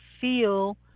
feel